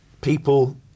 people